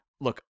Look